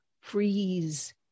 freeze